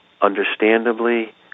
understandably